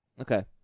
Okay